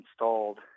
installed